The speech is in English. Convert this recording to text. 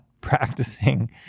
practicing